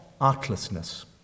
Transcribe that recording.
artlessness